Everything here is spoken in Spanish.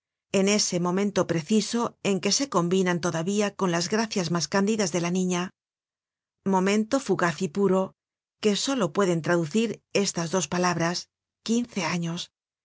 en ese momento preciso en que se combinan todavía con las gracias mas candidas de la niña momento fugaz y puro que solo pueden traducir estas dos palabras quince años